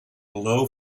low